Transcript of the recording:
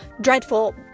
dreadful